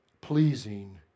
pleasing